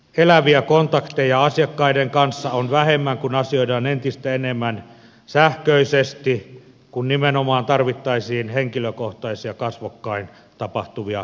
eläviä kontakteja asiakkaiden kanssa on vähemmän kun asioidaan entistä enemmän sähköisesti kun nimenomaan tarvittaisiin henkilökohtaisia kasvokkain tapahtuvia kohtaamisia